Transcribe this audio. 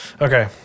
Okay